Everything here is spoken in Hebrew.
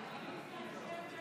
נגד?